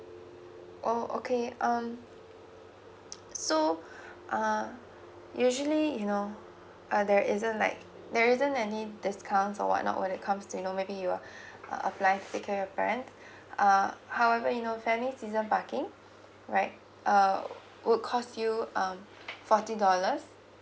oh okay um so uh usually you know uh there isn't like there isn't any discounts or whatnot when it comes to you know maybe you're applying ticket for parent uh however you know family season parking right err would cost you um forty dollars